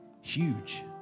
huge